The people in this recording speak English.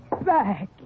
back